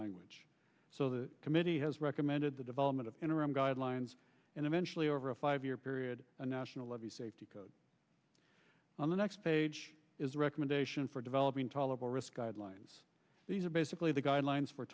language so the committee has recommended the development of interim guidelines and eventually over a five year period a national levy safety code on the next page is a recommendation for developing tolerable risk guidelines these are basically the guidelines for